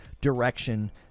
direction